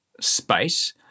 space